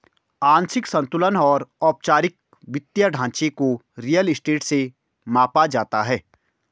आंशिक संतुलन और औपचारिक वित्तीय ढांचे को रियल स्टेट से मापा जाता है